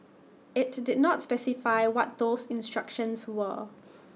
IT did not specify what those instructions were